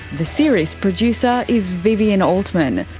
the series producer is vivien altman,